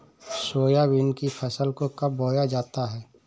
Soybean की फसल को कब बोया जाता है?